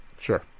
Sure